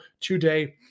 today